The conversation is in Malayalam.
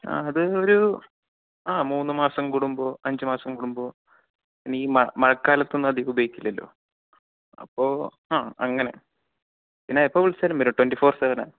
ആ അത് ഒരു ആ മൂന്നുമാസം കുടുമ്പോൾ അഞ്ചു മാസം കുടുമ്പോൾ അല്ലെങ്കിലീ മ മഴക്കാലത്തൊന്നും അധികം ഉപയോഗിക്കില്ലലോ അപ്പോൾ ആ അങ്ങനെ പിന്നെ എപ്പോൾ വിളിച്ചാലും വി കേട്ടോ ട്വൻറ്റിഫോർ സെവനാ